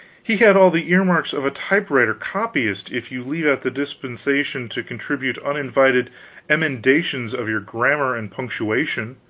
he had all the earmarks of a typewriter copyist, if you leave out the disposition to contribute uninvited emendations of your grammar and punctuation.